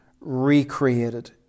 recreated